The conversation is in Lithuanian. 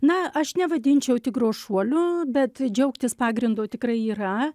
na aš nevadinčiau tigro šuoliu bet džiaugtis pagrindo tikrai yra